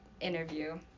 interview